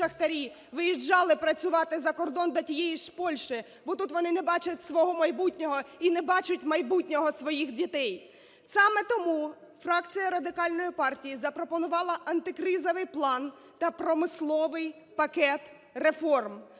виїжджали працювати за кордон до тієї ж Польщі, бо тут вони не бачать свого майбутнього і не бачать майбутнього своїх дітей. Саме тому фракція Радикальної партії запропонувала антикризовий план та промисловий пакет реформ.